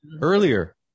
earlier